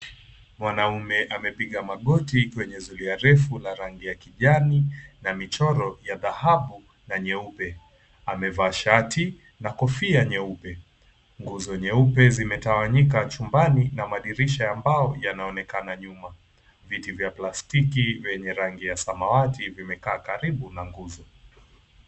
Mwanaume amepiga magoti kwenye zulia refu la rangi ya kijani na michoro ya dhahabu na nyeupe. Amevaa shati na kofia nyeupe. Nguzo nyeupe zimetawanyika chumbani na madirisha ya mbao yanaonekana nyuma. Viti vya plastiki vyenye rangi ya samawati vimekaa karibu na nguzo.